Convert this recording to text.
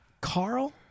Carl